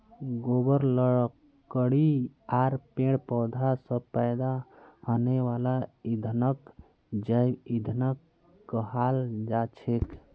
गोबर लकड़ी आर पेड़ पौधा स पैदा हने वाला ईंधनक जैव ईंधन कहाल जाछेक